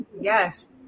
yes